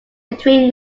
between